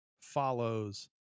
follows